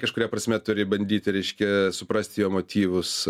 kažkuria prasme turi bandyti reiškia suprasti jo motyvus